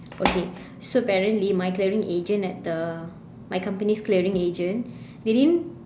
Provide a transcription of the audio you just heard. okay so apparently my clearing agent at the my company's clearing agent they didn't